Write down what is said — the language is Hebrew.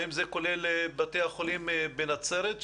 האם זה כולל את בתי החולים בנצרת?